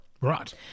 right